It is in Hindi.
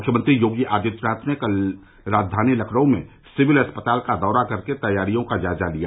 मुख्यमंत्री योगी आदित्यनाथ ने कल राजधानी लखनऊ में सिविल अस्पताल का दौरा करके तैयारियों का जायजा लिया